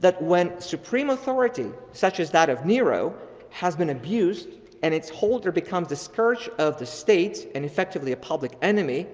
that when supreme authority such as that of nero has been abused and its holder becomes discouraged of the state and effectively a public enemy,